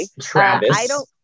Travis